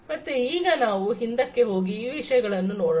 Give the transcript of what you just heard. ಮತ್ತೆ ಈಗ ನಾವು ಹಿಂದಕ್ಕೆ ಹೋಗಿ ಈ ವಿಷಯಗಳನ್ನು ನೋಡೋಣ